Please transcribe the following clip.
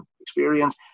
experience